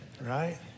Right